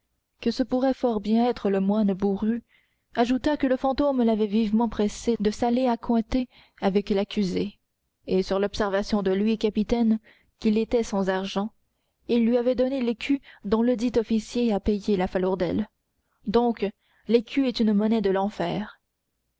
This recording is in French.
que ce pourrait fort bien être le moine bourru ajoutait que le fantôme l'avait vivement pressé de s'aller accointer avec l'accusée et sur l'observation de lui capitaine qu'il était sans argent lui avait donné l'écu dont ledit officier a payé la falourdel donc l'écu est une monnaie de l'enfer